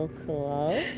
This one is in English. cool, cool.